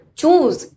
choose